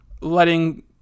letting –